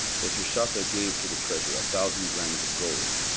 the tirshatha gave to the treasure a thousand drams of gold,